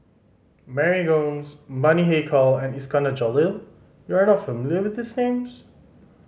Mary Gomes Bani Haykal and Iskandar Jalil you are not familiar with these names